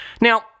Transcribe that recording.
Now